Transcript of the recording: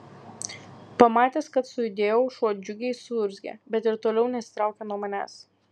pamatęs kad sujudėjau šuo džiugiai suurzgė bet ir toliau nesitraukė nuo manęs